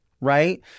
right